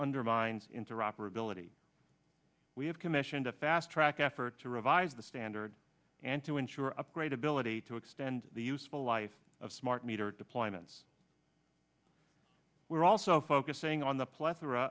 interoperability we have commissioned a fast track effort to revise the standard and to ensure upgrade ability to extend the useful life of smart meter deployments we're also focusing on the plethora